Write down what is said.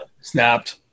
snapped